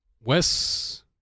wes